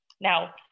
Now